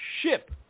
ship